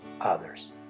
others